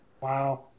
Wow